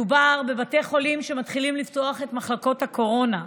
מדובר בבתי חולים שמתחילים לפתוח את מחלקות הקורונה,